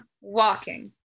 walking